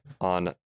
on